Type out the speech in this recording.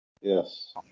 Yes